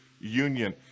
Union